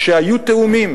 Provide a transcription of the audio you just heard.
שהיו תיאומים